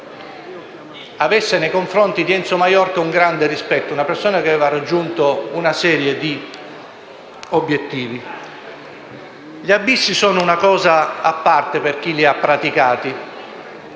avesse nei confronti di Enzo Maiorca un grande rispetto, nutrito verso una persona che aveva raggiunto una serie di obiettivi. Gli abissi sono una cosa a parte per chi li ha praticati.